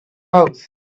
house